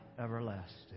everlasting